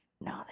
No